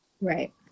right